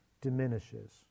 diminishes